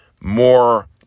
more